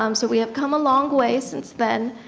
um so we have come a long way since then.